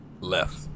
left